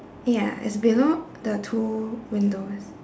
ya it's below the two windows